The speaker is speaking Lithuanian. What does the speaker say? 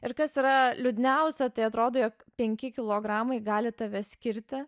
ir kas yra liūdniausia tai atrodo jog penki kilogramai gali tave skirti